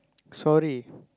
sorry